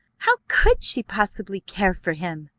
how could she possibly care for him?